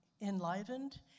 enlivened